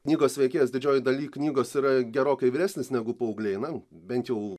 knygos veikėjas didžiojoj daly knygos yra gerokai vyresnis negu paaugliai na bent jau